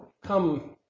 come